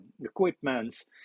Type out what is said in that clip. equipments